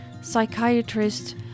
psychiatrist